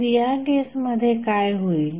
तर या केसमध्ये काय होईल